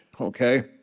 okay